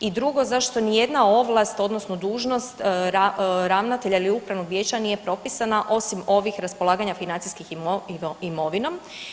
I drugo, zašto nijedna ovlast odnosno dužnost ravnatelja ili upravnog vijeća nije propisana osim ovih raspolaganja financijskih imovinom?